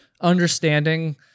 understanding